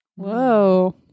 whoa